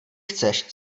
chceš